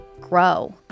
grow